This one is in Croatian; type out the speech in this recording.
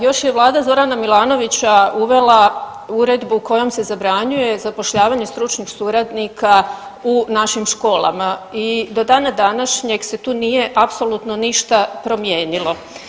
Još je Vlada Zorana Milanovića uvela uredbu kojom se zabranjuje zapošljavanje stručnih suradnika u našim školama i do dana današnjeg se tu nije apsolutno ništa promijenilo.